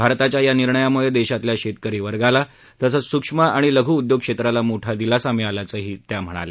भारताच्या या निर्णयाम्ळे देशातल्या शेतकरी वर्गाला तसंच सूक्ष्म आणि लघ् उद्योग क्षेत्राला मोठा दिलासा मिळाल्याचंही त्या म्हणाल्या